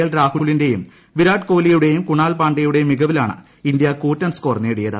L രാഹുലിന്റെയും വിരാട് കോഹ്ലിയുടെയും കുണാൽ പാണ്ഡെയുടെയും മികവിലാണ് ഇന്തൃ കൂറ്റൻ സ്കോർ നേടിയത്